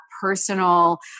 personal